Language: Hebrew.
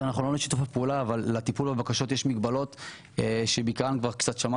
יותר נכון לא לשיתוף הפעולה אלא לטיפול בבקשות יש מגבלות של המערכת.